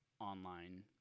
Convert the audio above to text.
online